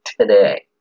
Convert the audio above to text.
today